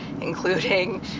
including